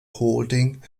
holding